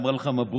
אמרה לך: מברוכ,